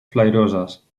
flairoses